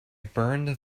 burned